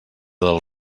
del